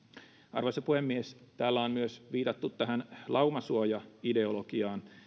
arvoisa puhemies täällä on myös viitattu tähän laumasuojaideologiaan